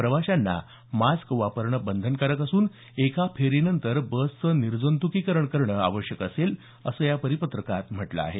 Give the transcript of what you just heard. प्रवाशांना मास्क वापरणं बंधनकारक असून एका फेरीनंतर बसचं निर्जंतुकीकरण करणं आवश्यक असेल असं या परिपत्रकात म्हटलं आहे